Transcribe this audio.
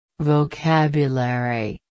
Vocabulary